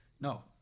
No